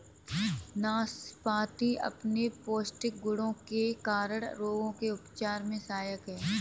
नाशपाती अपने पौष्टिक गुणों के कारण रोगों के उपचार में सहायक है